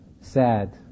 sad